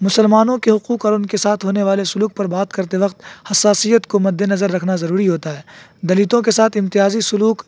مسلمانوں کے حقوق اور ان کے ساتھ ہونے والے سلوک پر بات کرتے وقت حساسیت کو مد نظر رکھنا ضروری ہوتا ہے دلتوں کے ساتھ امتیازی سلوک